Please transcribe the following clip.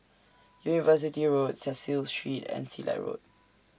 University Road Cecil Street and Silat Road